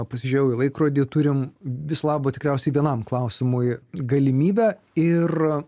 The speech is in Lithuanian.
pasižiūrėjau į laikrodį turim viso labo tikriausiai vienam klausimui galimybę ir